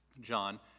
John